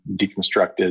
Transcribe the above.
deconstructed